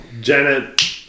Janet